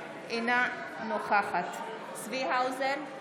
אינה נוכחת צבי האוזר,